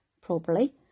properly